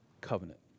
covenant